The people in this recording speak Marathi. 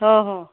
हो हो